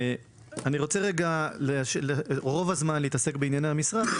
אני רוצה רוב הזמן להתעסק בענייני המשרד,